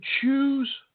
choose –